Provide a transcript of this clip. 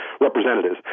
representatives